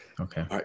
Okay